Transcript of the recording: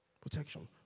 protection